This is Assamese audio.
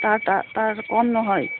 তাৰ তাৰ কম নহয়